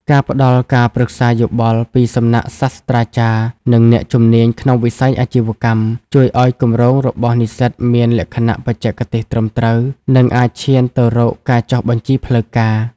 ការផ្ដល់ការប្រឹក្សាយោបល់ ពីសំណាក់សាស្ត្រាចារ្យ និងអ្នកជំនាញក្នុងវិស័យអាជីវកម្ម ជួយឱ្យគម្រោងរបស់និស្សិតមានលក្ខណៈបច្ចេកទេសត្រឹមត្រូវ និងអាចឈានទៅរកការចុះបញ្ជីផ្លូវការ។